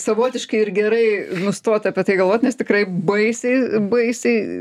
savotiškai ir gerai nustot apie tai galvot nes tikrai baisiai baisiai